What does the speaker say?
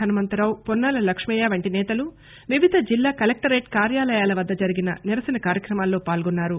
హనుమంతరావు పొన్నాల లక్ష్మయ్య వంటి నేతలు వివిధ జిల్లా కలెక్టరేట్ కార్యాలయాల వద్ద జరిగిన నిరసన కార్యక్రమాల్లో పాల్గొన్నారు